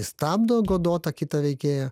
stabdo godotą kitą veikėją